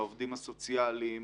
העובדים הסוציאליים,